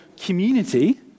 community